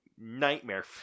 nightmare